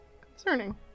Concerning